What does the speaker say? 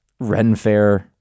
Renfair